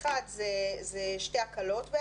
שתי הקלות,